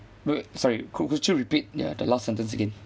wait sorry could would you repeat ya the last sentence again